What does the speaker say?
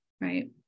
Right